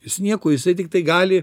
jis nieko jisai tiktai gali